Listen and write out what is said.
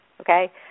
Okay